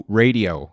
radio